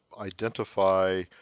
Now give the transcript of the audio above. identify